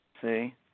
See